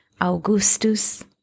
Augustus